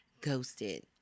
ghosted